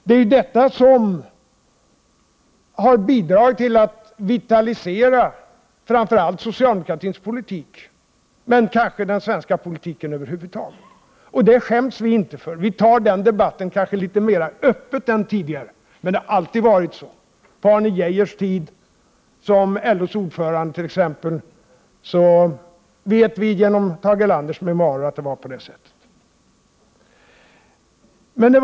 Det är detta som har bidragit till att vitalisera framför allt socialdemokratins politik, men kanske även den svenska politiken över huvud taget. Det skäms vi inte för. Vi tar kanske den debatten litet mera öppet än tidigare, men det har alltid varit så. Från Tage Erlanders memoarer vet vi att det var så på t.ex. Arne Geijers tid som LO:s ordförande.